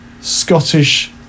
Scottish